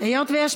חוץ וביטחון.